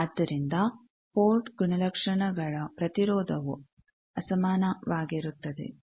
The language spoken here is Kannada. ಆದ್ದರಿಂದ ಪೋರ್ಟ್ ಗುಣಲಕ್ಷಣಗಳ ಪ್ರತಿರೋಧವು ಅಸಮಾನವಾಗಿರುತ್ತದೆ